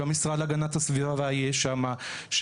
שהמשרד להגנת הסביבה יהיה שם,